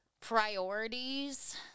priorities